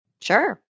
Sure